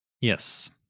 yes